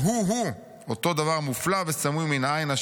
והוא-הוא 'אותו דבר מופלא וסמוי מן העין,